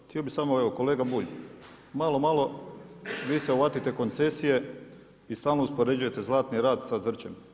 Htio bih samo evo kolega Bulj malo, malo vi se uhvatite koncesije i stalno uspoređujete Zlatni rat sa Zrćem.